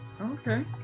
Okay